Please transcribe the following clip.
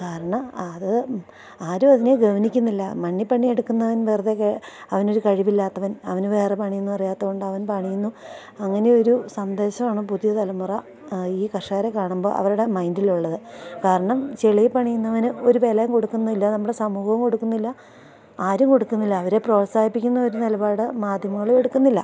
കാരണം അത് ആരും അതിനെ ഗൗനിക്കുന്നില്ല മണ്ണില് പണിയെടുക്കുന്നവൻ വെറുതെ അവനൊരു കഴിവില്ലാത്തവൻ അവന് വേറെ പണിയൊന്നും അറിയാത്തതുകൊണ്ടവൻ പണിയുന്നു അങ്ങനെയൊരു സന്ദേശമാണ് പുതിയ തലമുറ ഈ കര്ഷകരെ കാണുമ്പോള് അവരുടെ മൈന്ഡിലുള്ളത് കാരണം ചെളിയില് പണിയുന്നവന് ഒരു വിലയും കൊടുക്കുന്നില്ല നമ്മുടെ സമൂഹവും കൊടുക്കുന്നില്ല ആരും കൊടുക്കുന്നില്ല അവരെ പ്രോത്സാഹിപ്പിക്കുന്ന ഒരു നിലപാട് മാധ്യമങ്ങളും എടുക്കുന്നില്ല